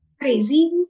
crazy